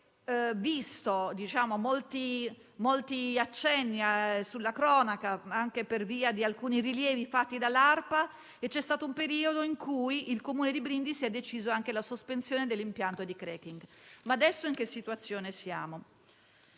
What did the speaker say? anche visto molti accenni sulla cronaca, per via di alcuni rilievi fatti dall'ARPA; c'è stato un periodo in cui il Comune di Brindisi ha deciso anche la sospensione dell'impianto di *cracking*. Adesso in che situazione siamo?